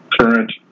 current